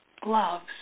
gloves